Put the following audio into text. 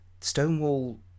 Stonewall